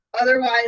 otherwise